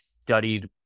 studied